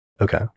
Okay